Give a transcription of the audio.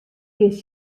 kinst